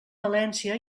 valència